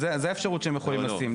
זו האפשרות שהם יכולים לשים.